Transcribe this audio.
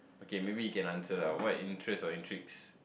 okay maybe you can answer lah why interests or in tricks